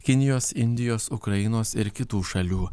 kinijos indijos ukrainos ir kitų šalių